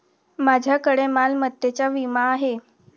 माझ्याकडे मालमत्तेचा विमा आहे